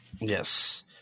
Yes